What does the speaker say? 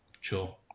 sure